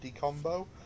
combo